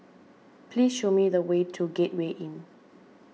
please show me the way to Gateway Inn